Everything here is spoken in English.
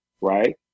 right